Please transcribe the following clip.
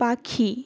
পাখি